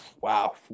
wow